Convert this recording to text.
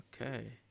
Okay